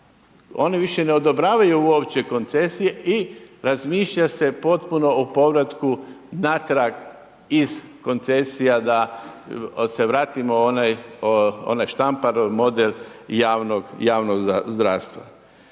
Oni više ne odobravaju uopće koncesije i razmišlja se potpuno o povratku natrag iz koncesija da se vratimo u onaj Štampar model javnog zdravstva.